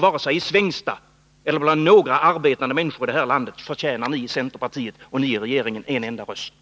Varken i Svängsta eller bland några arbetande människor i det här landet förtjänar ni i centerpartiet och ni i regeringen en enda röst.